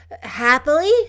Happily